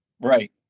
Right